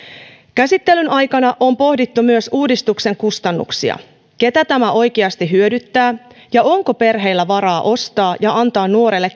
käsittelyn aikana on pohdittu myös uudistuksen kustannuksia ketä tämä oikeasti hyödyttää ja onko perheillä varaa ostaa ja antaa nuorelle